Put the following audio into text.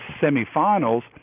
semi-finals